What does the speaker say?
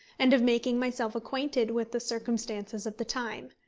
and of making myself acquainted with the circumstances of the time.